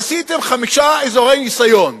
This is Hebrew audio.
עשיתם חמישה אזורי ניסיון,